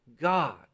God